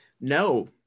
no